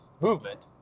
movement